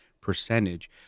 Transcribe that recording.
percentage